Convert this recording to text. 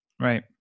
Right